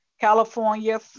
California